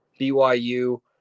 BYU